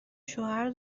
شوهر